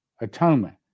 atonement